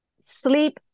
sleep